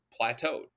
plateaued